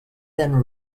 then